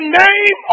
name